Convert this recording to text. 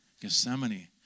Gethsemane